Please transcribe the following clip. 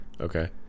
Okay